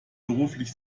beruflich